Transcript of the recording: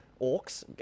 orcs